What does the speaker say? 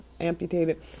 amputated